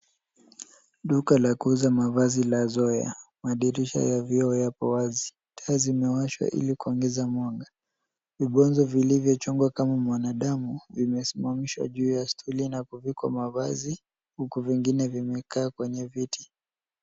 Duka la kuuza mavazi la Zoya. Madirisha ya vioo yapo wazi. Taa zimewashwa ili kuongeza mwanga. Vibonge vilivyochongwa kama mwanadamu vimesimamishwa juu ya stuli na kuvikwa mavazi huku vingine vimekaa kwenye viti.